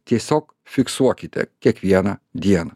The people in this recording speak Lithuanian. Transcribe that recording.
tiesiog fiksuokite kiekvieną dieną